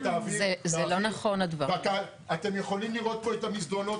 אתם יכולים לראות פה את המסדרונות